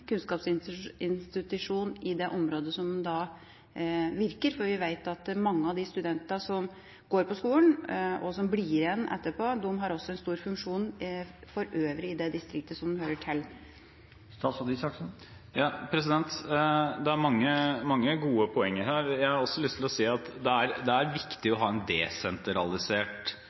i det området som de virker. Vi vet at mange av de studentene som går på skolen, og som blir igjen etterpå, også har en stor funksjon for øvrig i det distriktet som de hører til. Det er mange gode poenger her. Jeg har også lyst til å si at det er viktig å ha en desentralisert